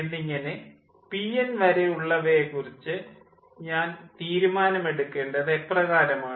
എന്നിങ്ങനെ pn വരെ ഉള്ളവയെ കുറിച്ച് ഞാൻ തീരുമാനം എടുക്കേണ്ടത് എപ്രകാരമാണ്